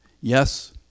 Yes